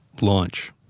Launch